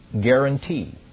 guarantee